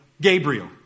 Gabriel